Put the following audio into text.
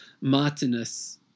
Martinus